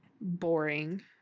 boring